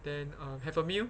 then err have a meal